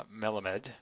melamed